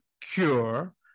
cure